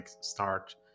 start